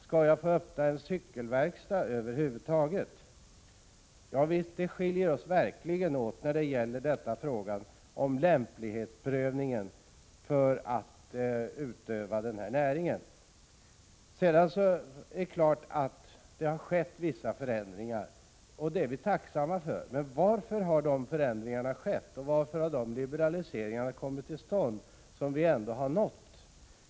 Skall jag få öppna en cykelverkstad över huvud taget? Ja, vi skiljer oss verkligen åt när det gäller frågan om prövningen av lämplighet för att utöva denna näring. Det är klart att det har skett vissa förändringar. Det är vi tacksamma för. Men varför har de förändringarna skett? Varför har dessa liberaliseringar kommit till stånd?